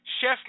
Chef